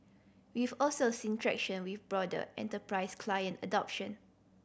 we've also seen traction with broader enterprise client adoption